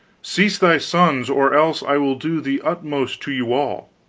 cease thy sons, or else i will do the uttermost to you all.